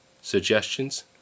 suggestions